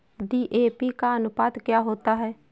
DAP का अनुपात क्या होता है?